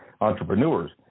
entrepreneurs